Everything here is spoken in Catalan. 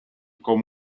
com